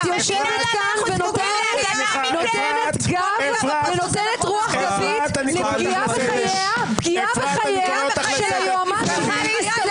את יושבת כאן ונותנת רוח גבית לפגיעה בחייה של היועמ"שית.